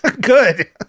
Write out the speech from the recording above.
Good